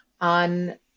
on